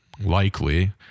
likely